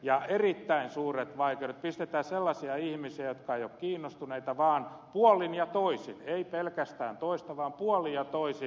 on erittäin suuret vai keudet kun pistetään sinne sellaisia ihmisiä jotka eivät ole kiinnostuneita eikä tämä koske pelkästään toista sukupuolta vaan puolin ja toisin